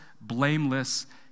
blameless